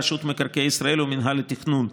רשות מקרקעי ישראל ומינהל התכנון,